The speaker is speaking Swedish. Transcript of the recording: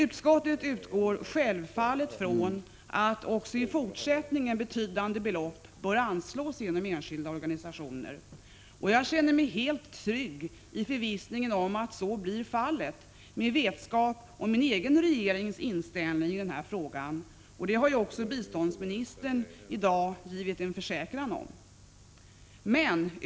Utskottet utgår självfallet från att betydande belopp också i fortsättningen bör anslås genom enskilda organisationer. Jag känner mig helt trygg i förvissningen om att så blir fallet, med vetskap om min egen regerings inställning i denna fråga. Det har ju också biståndsministern i dag givit en försäkran om.